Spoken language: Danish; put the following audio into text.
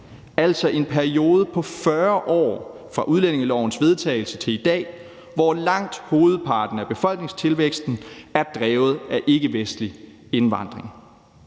altså en periode på 40 år, fra udlændingelovens vedtagelse til i dag, hvor langt hovedparten af befolkningstilvæksten er drevet af ikkevestlig indvandring.